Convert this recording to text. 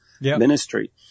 ministry